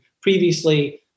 Previously